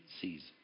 sees